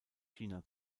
china